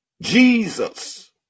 Jesus